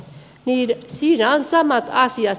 siinä on samat asiat